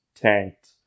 tanked